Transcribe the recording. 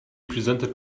presented